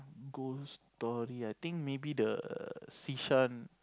ghost story I think maybe the